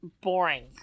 boring